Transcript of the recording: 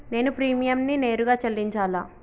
నేను ప్రీమియంని నేరుగా చెల్లించాలా?